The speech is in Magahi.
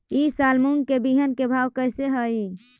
ई साल मूंग के बिहन के भाव कैसे हई?